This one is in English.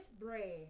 bread